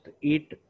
eat